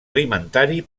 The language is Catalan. alimentari